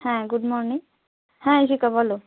হ্যাঁ good morning হ্যাঁ ঈষিকা বলো